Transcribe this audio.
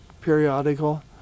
periodical